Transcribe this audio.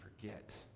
forget